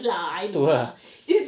tu ah